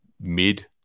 mid